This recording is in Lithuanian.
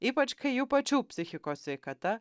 ypač kai jų pačių psichikos sveikata